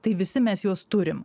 tai visi mes juos turim